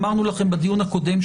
אמרנו את זה בדיון הקודם,